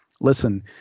Listen